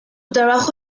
trabajo